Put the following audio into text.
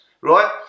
Right